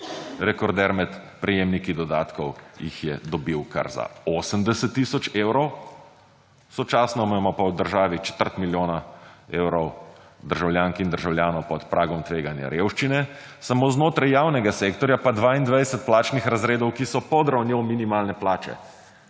Rekorder med prejemniki dodatkov jih je dobil kar za 80 tisoč evrov, sočasno imamo pa v državi četrt milijona evrov državljank in državljanov pod pragom tveganja revščine, samo znotraj javnega sektorja pa 22 plačnih razredov, ki so pod ravnjo minimalne plače.